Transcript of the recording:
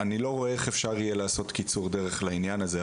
אני לא רואה איך אפשר יהיה לעשות קיצור דרך לעניין הזה,